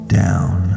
down